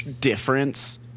difference